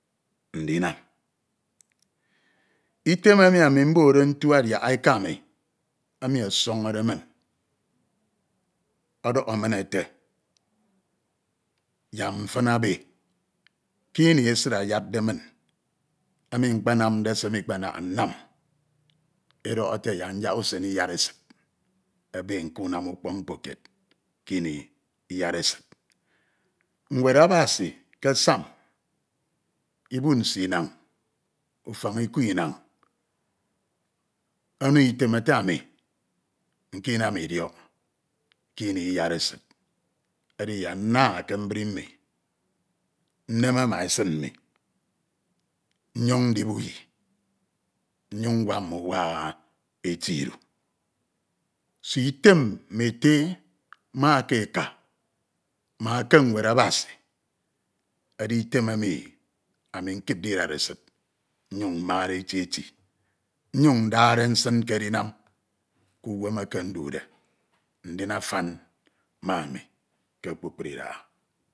Ndinam item emu ami mbode ntu adiaha eka mi emi ọsọñode min ọdọhọ min ete yak mfina ebe kini esid ayadde min enu mkpenamde se mmikpenaha nnam edọhọ ete yak nyak usen iyaresid ebe nkunam ukpọk mkpo kied ke ini iyaresid. Nwed Abasj ke psalm IDUd nsie inan ufan iko ono item ete anu nkunam idiok ke ini iyaresid edi yak nna ke mbri mmi nneme ma esid nni nyun ndi uyi nnyun nwa- uwa eti idu. Sek item mme ete ma eke eka ma eke nwed Abasi edi item emi ami nkipde idaresid nnyin mmade eti eti nnyin ndade nsin ke edinam ke uwam eke ndude ndin afan ma ami ke kpukpru idaha.